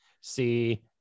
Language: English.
see